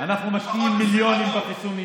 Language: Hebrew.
אנחנו משקיעים מיליונים בחיסונים,